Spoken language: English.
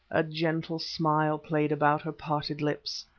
a gentle smile played about her parted lips.